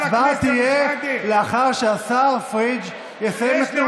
הצבעה תהיה לאחר שהשר פריג' יסיים את נאומו.